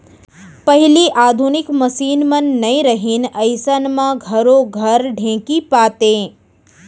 पहिली आधुनिक मसीन मन नइ रहिन अइसन म घरो घर ढेंकी पातें